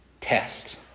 test